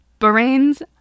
Bahrain's